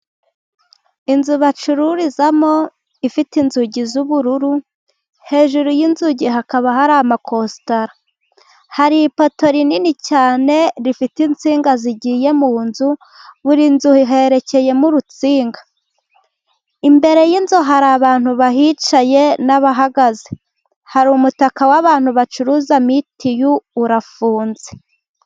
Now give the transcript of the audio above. Inzu bacururizamo, ifite inzugi z'ubururu, hejuru y'inzugi hakaba hari amakositara. Hari ipoto rinini cyane, rifite insinga zigiye mu nzu, buri nzu herekeyemo urutsinga. Imbere y'inzu hari abantu bahicaye n'ababahagaze. Hari umutaka w'abantu bacuruza mituyu urafunze.